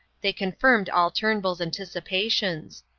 they confirmed all turnbull's anticipations.